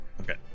Okay